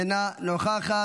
אינה נוכחת,